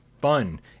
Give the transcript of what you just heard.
fun